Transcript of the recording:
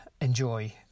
enjoy